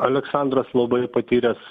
aleksandras labai patyręs